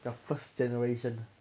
the first generation ah